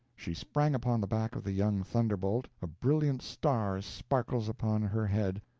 she sprang upon the back of the young thunderbolt, a brilliant star sparkles upon her head,